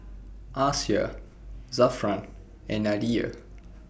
Aisyah Zafran and Nadia